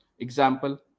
Example